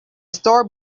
store